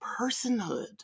personhood